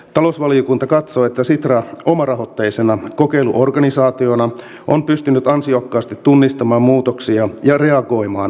talousvaliokunta katsoo että sitra omarahoitteisena kokeiluorganisaationa on pystynyt ansiokkaasti tunnistamaan muutoksia ja reagoimaan myöskin niihin